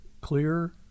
clear